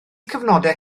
cyfnodau